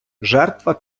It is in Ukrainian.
жертва